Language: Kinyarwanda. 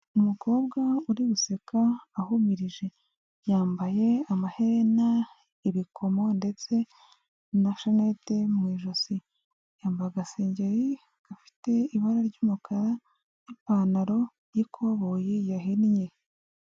Umukobwa uri guseka ahumirije, yambaye amaherena, ibikomo ndetse na shanete mu ijosi, yamba agasengeri gafite ibara ry'umukara n'ipantaro y'ikoboyi yahinnye.